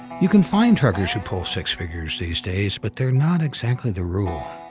you can find truckers who pull six figures these days, but they're not exactly the rule.